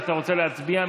אם אתה רוצה להצביע,